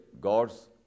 God's